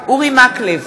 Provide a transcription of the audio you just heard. אורי מקלב,